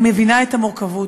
אני מבינה את המורכבות,